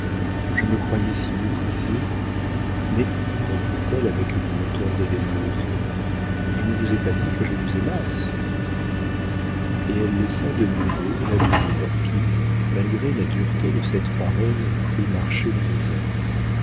je me croyais si méprisé mais reprit-elle avec une hauteur dédaigneuse je ne vous ai pas dit que je vous aimasse et elle laissa de nouveau la brière qui malgré la dureté de cette parole crut marcher dans les airs